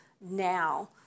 now